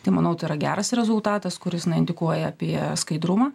tai manau tai yra geras rezultatas kuris indikuoja apie skaidrumą